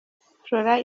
florent